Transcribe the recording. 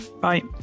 Bye